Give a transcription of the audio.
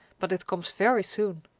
but it comes very soon.